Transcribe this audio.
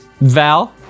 Val